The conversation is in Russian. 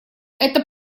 эта